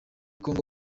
congo